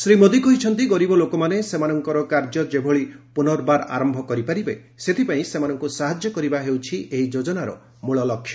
ଶ୍ରୀ ମୋଦୀ କହିଛନ୍ତି ଗରିବ ଲୋକମାନେ ସେମାନଙ୍କର କାର୍ଯ୍ୟ ଯେଭଳି ପୁନର୍ବାର ଆରମ୍ଭ କରିପାରିବେ ସେଥିପାଇଁ ସେମାନଙ୍କୁ ସାହାଯ୍ୟ କରିବା ହେଉଛି ଏହି ଯୋକନାର ମୂଳ ଲକ୍ଷ୍ୟ